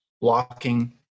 blocking